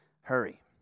hurry